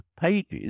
pages